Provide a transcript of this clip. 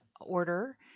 order